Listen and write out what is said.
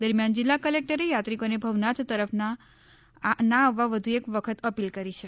દરમિયાન જિલ્લા કલેક્ટરે યાત્રિકોને ભવનાથ તરફ ના આવવા વધુ એક વખત અપીલ કરી છે